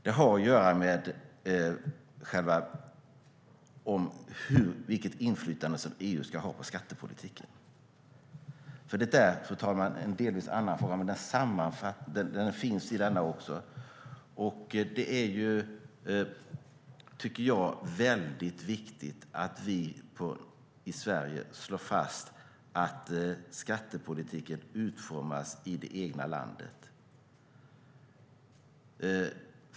Den har att göra med vilket inflytande som EU ska ha på skattepolitiken. Det är, fru talman, en delvis annan fråga, men den finns med i detta också. Det är viktigt, tycker jag, att vi i Sverige slår fast att skattepolitiken utformas i det egna landet.